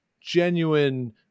genuine